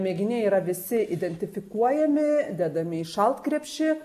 mėginiai yra visi identifikuojami dedami į šaltkrepšį